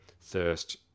thirst